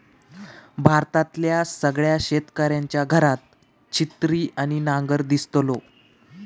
भारतातल्या सगळ्या शेतकऱ्यांच्या घरात छिन्नी आणि नांगर दिसतलो